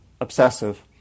Obsessive